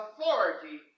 authority